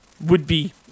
would-be